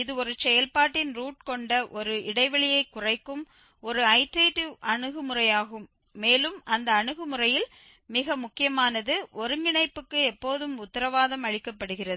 இது ஒரு செயல்பாட்டின் ரூட் கொண்ட ஒரு இடைவெளியைக் குறைக்கும் ஒரு ஐட்டரேட்டிவ் அணுகுமுறையாகும் மேலும் அந்த அணுகுமுறையில் மிக முக்கியமானது ஒருங்கிணைப்புக்கு எப்போதும் உத்தரவாதம் அளிக்கப்படுகிறது